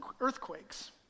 earthquakes